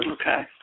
Okay